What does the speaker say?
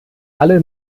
alle